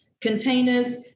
containers